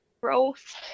growth